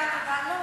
לא תודה.